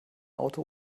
auto